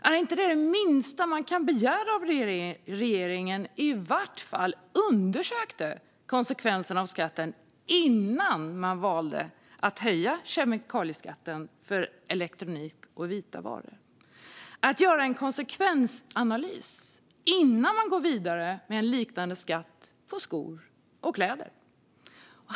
Är inte det minsta man kunde begära att regeringen i vart fall undersökte konsekvenserna av skatten innan man valde att höja kemikalieskatten för elektronik och vitvaror samt att det görs en konsekvensanalys innan regeringen går vidare med en liknande skatt på skor och kläder?